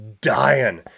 dying